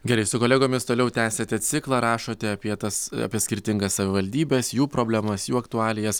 gerai su kolegomis toliau tęsiate ciklą rašote apie tas apie skirtingas savivaldybes jų problemas jų aktualijas